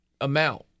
amount